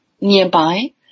nearby